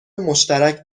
مشترک